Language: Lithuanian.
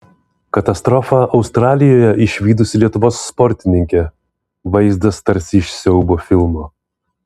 katastrofą australijoje išvydusi lietuvos sportininkė vaizdas tarsi iš siaubo filmo